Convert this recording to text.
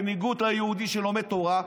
בניגוד ליהודי שלומד תורה,